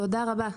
תודה רבה.